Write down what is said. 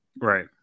right